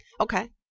okay